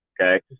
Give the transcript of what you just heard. Okay